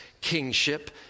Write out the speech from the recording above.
kingship